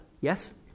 yes